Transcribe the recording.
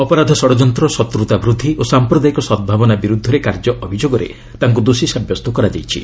ଅପରାଧ ଷଡ଼ଯନ୍ତ୍ର ଶତ୍ରତା ବୃଦ୍ଧି ଓ ସାଂପ୍ରଦାୟିକ ସଦ୍ଭାବନା ବିରୂଦ୍ଧରେ କାର୍ଯ୍ୟ ଅଭିଯୋଗରେ ତାଙ୍କ ଦୋଷୀ ସାବ୍ୟସ୍ତ କରାଯାଇଛି